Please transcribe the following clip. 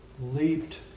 leaped